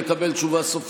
ונכנסה לספר החוקים.